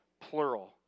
plural